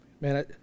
Man